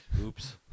Oops